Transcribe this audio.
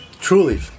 truly